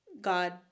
God